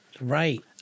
Right